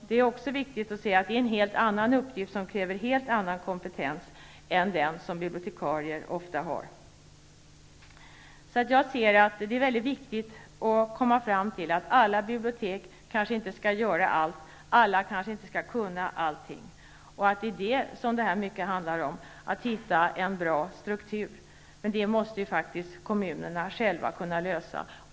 Det är en helt annan uppgift som kräver en helt annan kompetens än den som bibliotekarier ofta har. Det är mycket viktigt att komma fram till att alla bibliotek kanske inte skall göra allt. Alla kanske inte skall kunna allt. Det här handlar mycket om detta, dvs. att hitta en bra struktur. Men det måste kommunerna själva kunna lösa.